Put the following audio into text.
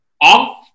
Off